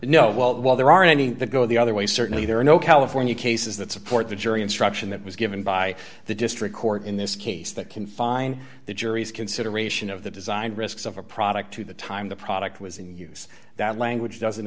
know well there aren't any go the other way certainly there are no california cases that support the jury instruction that was given by the district court in this case that confine the jury's consideration of the design risks of a product to the time the product was in use that language doesn't